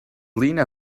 lena